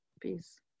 Peace